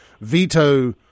veto